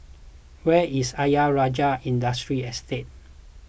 where is Ayer Rajah Industry Estate